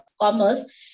Commerce